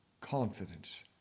confidence